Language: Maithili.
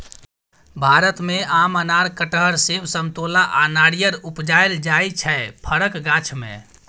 भारत मे आम, अनार, कटहर, सेब, समतोला आ नारियर उपजाएल जाइ छै फरक गाछ मे